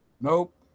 Nope